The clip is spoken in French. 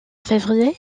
février